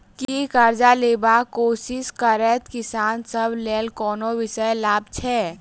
की करजा लेबाक कोशिश करैत किसान सब लेल कोनो विशेष लाभ छै?